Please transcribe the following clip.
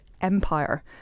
Empire